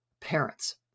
parents